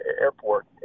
airport